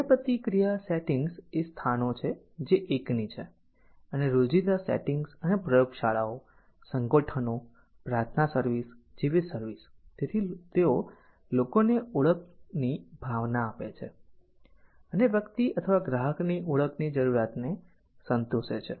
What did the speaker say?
ક્રિયાપ્રતિક્રિયા સેટિંગ્સ એ સ્થાનો છે જે એકની છે અને રોજિંદા સેટિંગ્સ અને પ્રયોગશાળાઓ સંગઠનો પ્રાર્થના સર્વિસ જેવી સર્વિસ તેઓ લોકોને ઓળખની ભાવના આપે છે અને વ્યક્તિ અથવા ગ્રાહકની ઓળખની જરૂરિયાતને સંતોષે છે